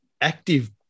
active